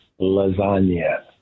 Lasagna